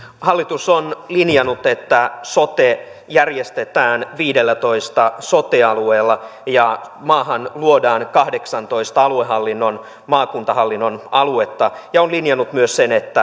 hallitus on linjannut että sote järjestetään viidellätoista sote alueella ja maahan luodaan kahdeksantoista aluehallinnon maakuntahallinnon aluetta ja on linjannut myös sen että